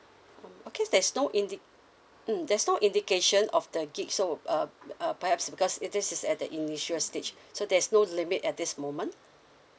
okay there's no indi~ mm there's no indication of the gig so uh uh perhaps because it this is at the initial stage so there's no limit at this moment